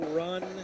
run